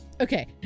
Okay